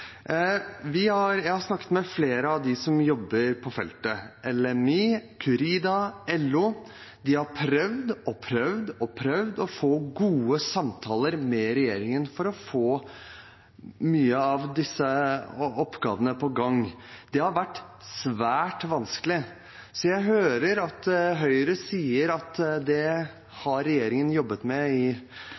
Jeg har snakket med flere av dem som jobber på feltet – LMI, Curida, LO. De har prøvd å få til gode samtaler med regjeringen for å få mange av disse oppgavene i gang. Det har vært svært vanskelig. Jeg hører at Høyre sier at regjeringen har jobbet med dette i